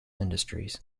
industries